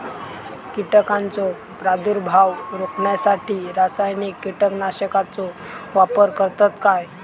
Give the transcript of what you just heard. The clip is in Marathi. कीटकांचो प्रादुर्भाव रोखण्यासाठी रासायनिक कीटकनाशकाचो वापर करतत काय?